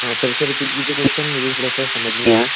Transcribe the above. हाँ फिर से रिपीट कीजिए क्वेस्चन मुझे थोड़ा सा समझ में नहीं आया